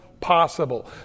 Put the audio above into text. possible